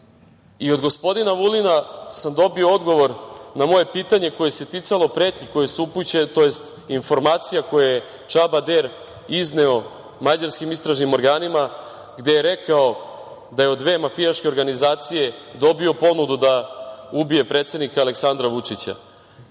i od gospodina Vulina sam dobio odgovor na moje pitanje koje se ticalo pretnji koje su upućene tj. informacija koju je Čaba Der izneo mađarskim istražnim organima, gde je rekao da je od dve mafijaške organizacije dobio ponudu da ubije predsednika Aleksandra Vučića.